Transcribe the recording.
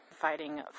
fighting